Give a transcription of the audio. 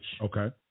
Okay